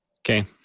Okay